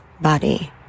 body